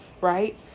right